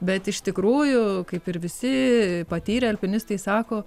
bet iš tikrųjų kaip ir visi patyrę alpinistai sako